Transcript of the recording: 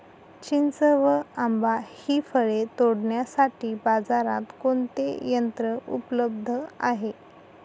चिंच व आंबा हि फळे तोडण्यासाठी बाजारात कोणते यंत्र उपलब्ध आहे?